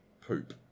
poop